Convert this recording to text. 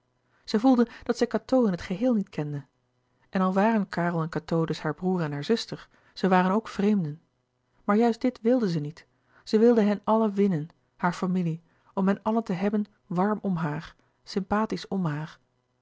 zij voelde dat zij cateau in het geheel niet kende en al waren karel en cateau dus haar broêr en haar zuster zij waren ook vreemden maar juist dit wilde zij niet zij wilde hen allen winnen hare familie om hen allen te hebben warm om haar sympathisch